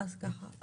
אז ככה,